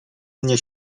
mnie